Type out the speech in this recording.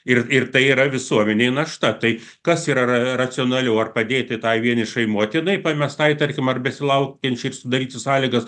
ir ir tai yra visuomenei našta tai kas yra racionaliau ar padėti tai vienišai motinai pamestai tarkim ar besilaukiančiai sudaryt sąlygas